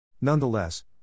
Nonetheless